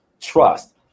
trust